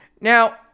Now